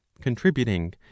contributing